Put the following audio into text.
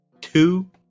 two